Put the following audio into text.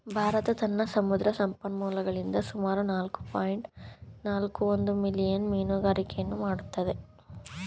ಭಾರತ ತನ್ನ ಸಮುದ್ರ ಸಂಪನ್ಮೂಲಗಳಿಂದ ಸುಮಾರು ನಾಲ್ಕು ಪಾಯಿಂಟ್ ನಾಲ್ಕು ಒಂದು ಮಿಲಿಯನ್ ಮೀನುಗಾರಿಕೆಯನ್ನು ಮಾಡತ್ತದೆ